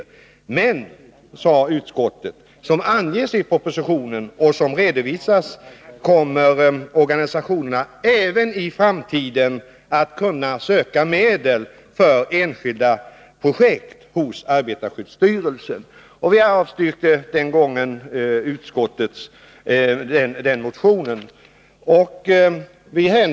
Utskottet sade emellertid att organisationerna — som angetts i propositionen och som redovisats — även i framtiden skulle kunna söka medel för enskilda projekt hos arbetarskyddsfonden. Utskottet avstyrkte den gången motionen.